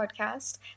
podcast